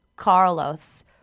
Carlos